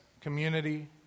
community